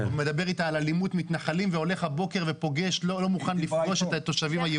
אלימות מתנחלים והולך הבוקר ולא מוכן לפגוש את התושבים היהודים.